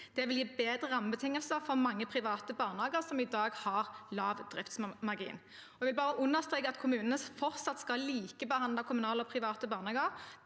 Det vil gi bedre rammebetingelser for mange private barnehager som i dag har lav driftsmargin. Jeg vil understreke at kommunene fortsatt skal likebehandle kommunale og private barnehager.